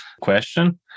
question